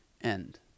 end